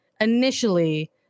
initially